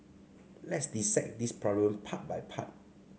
let's dissect this problem part by part